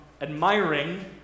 admiring